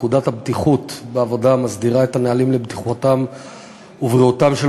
פקודת הבטיחות בעבודה מסדירה את הנהלים לבטיחותם ולבריאותם של